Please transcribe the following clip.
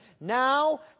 Now